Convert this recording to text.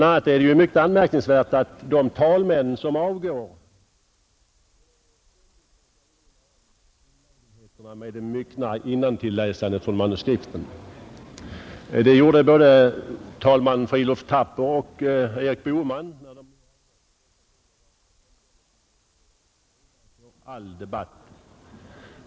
a. är det mycket anmärkningsvärt att de talmän som avgår ständigt brukar erinra om olägenheterna med det myckna innantilläsandet från manuskript. Det gjorde både talman Fridolf Thapper och talman Erik Boheman när de avgick, två personer vilkas omdömesgillhet står ovanför all debatt.